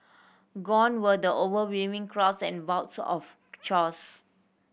gone were the overwhelming crowds and bouts of chores